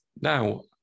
now